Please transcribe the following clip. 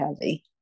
heavy